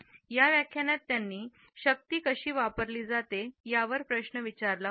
या व्याख्यानात त्यांनी शक्ती कशी वापरली जाते यावर प्रश्न विचारला होता